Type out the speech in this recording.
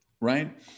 right